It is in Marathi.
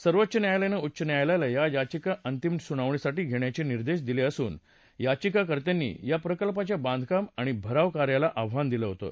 सर्वोच्च न्यायालयानं उच्च न्यायालयाला या याचिका अंतिम सुनावणीसाठी घेण्याचे निर्देश दिले असून याचिकाकर्त्यांनी या प्रकल्पाच्या बांधकाम आणि भराव कार्याला आव्हान दिलं होतं